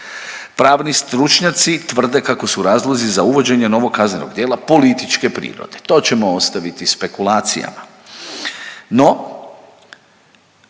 Pravni stručnjaci tvrde kako su razlozi za uvođenje novog kaznenog djela političke prirode. To ćemo ostaviti spekulacijama no